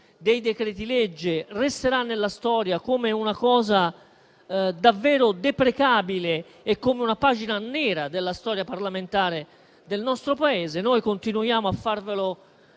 dei decreti-legge resterà nella storia come una cosa davvero deprecabile e come una pagina nera della storia parlamentare del nostro Paese. Noi continuiamo a farvelo